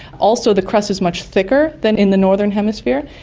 also the crust is much thicker than in the northern hemisphere,